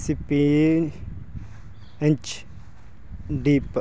ਸਿਪੀ inch the